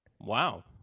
Wow